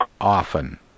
often